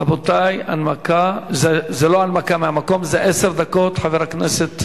רבותי, ההצעה תועבר לוועדת הכלכלה להמשך להכנתה